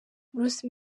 bruce